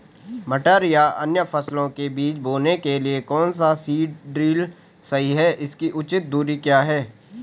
मटर या अन्य फसलों के बीज बोने के लिए कौन सा सीड ड्रील सही है इसकी उचित दूरी क्या है?